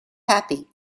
happy